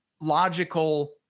logical